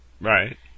Right